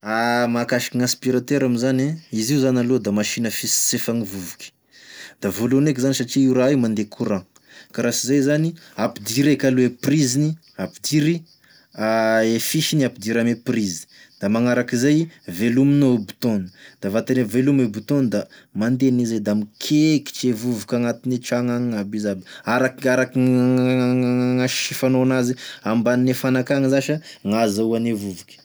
Mahakasiky gn'aspiratera moa zany e, izy izy io zany aloha da masiny misisefagny vovoky, da voalohany eky zany satria io raha io mandeha courant ka raha sy zay zany ampidiry eky aloha e priziny ampidiry e fisiny ampidiry ame prizy da magnaraky zay velominao e boton-any da vatany e velomy ny boton-ny da mandeha an'igny zay da mikekitry e vovoky agnatine tragno agnaby izy aby, arak- gn- gn- gnasisifanao anazy ambanine fanaky agny zà sa gn'azahoane vovoky.